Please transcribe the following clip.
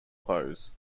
clothes